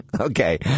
Okay